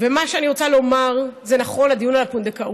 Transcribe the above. ומה שאני רוצה לומר זה נכון לדיון על הפונדקאות.